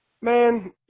Man